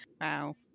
Wow